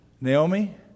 Naomi